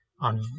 on